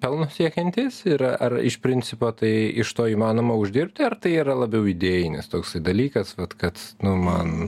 pelno siekiantys ir ar iš principo tai iš to įmanoma uždirbti ar tai yra labiau idėjinis toksai dalykas vat kad nu man